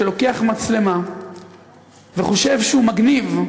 שלוקח מצלמה וחושב שהוא מגניב,